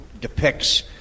depicts